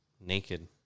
naked